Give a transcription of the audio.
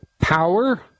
Power